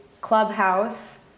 Clubhouse